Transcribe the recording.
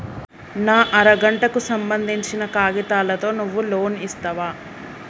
నా అర గంటకు సంబందించిన కాగితాలతో నువ్వు లోన్ ఇస్తవా?